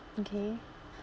okay